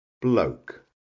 Bloke